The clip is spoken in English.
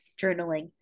journaling